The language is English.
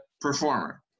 performer